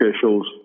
officials